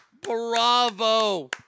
Bravo